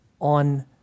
on